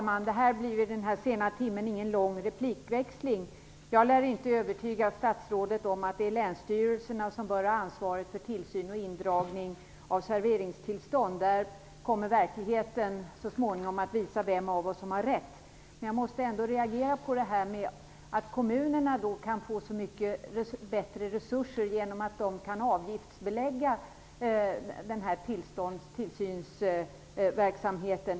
Fru talman! I denna sena timme blir det här ingen lång replikväxling. Jag lär inte kunna övertyga statsrådet om att det är länsstyrelserna som bör ha ansvaret för tillsyn och indragning av serveringstillstånd. Verkligheten kommer så småningom att visa vem av oss som har rätt. Men jag måste ändå reagera på detta med att kommunerna får så mycket större resurser genom att de kan avgiftsbelägga tillsynsverksamheten.